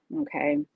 okay